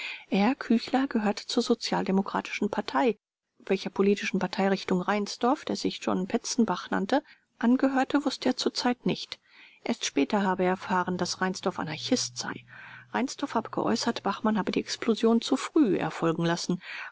er küchler gehöre zur sozialdemokratischen partei welcher politischen parteirichtung reinsdorf der sich john penzenbach nannte angehörte wußte er zur zeit nicht erst später habe er erfahren daß reinsdorf anarchist sei reinsdorf habe geäußert bachmann habe die explosion zu früh erfolgen lassen